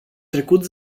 trecut